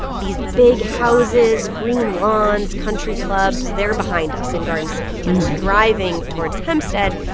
these big houses, green lawns, country clubs, they're behind us in garden city. and we're driving towards hempstead.